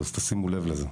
אז תשימו לב לזה.